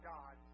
God